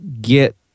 get